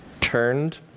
turned